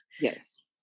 Yes